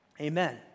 Amen